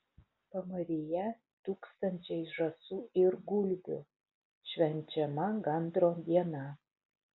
pamaryje tūkstančiai žąsų ir gulbių švenčiama gandro diena